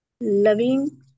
loving